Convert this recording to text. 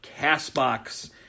CastBox